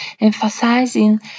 emphasizing